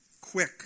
quick